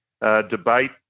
debate